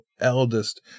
eldest